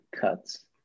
cuts